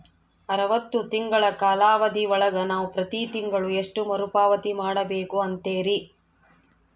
ಅರವತ್ತು ತಿಂಗಳ ಕಾಲಾವಧಿ ಒಳಗ ನಾವು ಪ್ರತಿ ತಿಂಗಳು ಎಷ್ಟು ಮರುಪಾವತಿ ಮಾಡಬೇಕು ಅಂತೇರಿ?